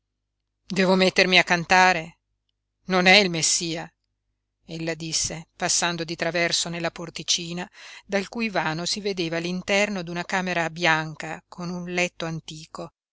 devo mettermi a cantare non è il messia ella disse passando di traverso nella porticina dal cui vano si vedeva l'interno d'una camera bianca con un letto antico